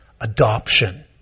adoption